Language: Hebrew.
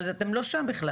אבל אתם לא שם בכלל.